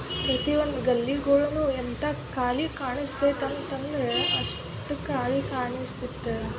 ಪ್ರತಿ ಒಂದು ಗಲ್ಲಿಗಳಲ್ಲೂ ಎಂಥ ಖಾಲಿ ಕಾಣಿಸ್ತೈತೆ ಅಂತ ಅಂದ್ರೆ ಅಷ್ಟು ಖಾಲಿ ಕಾಣಿಸ್ತಿತ್ತು